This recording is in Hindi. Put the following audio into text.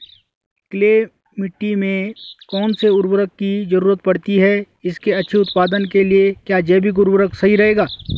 क्ले मिट्टी में कौन से उर्वरक की जरूरत पड़ती है इसके अच्छे उत्पादन के लिए क्या जैविक उर्वरक सही रहेगा?